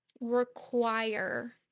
require